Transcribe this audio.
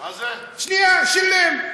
שילם.